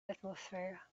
atmosphere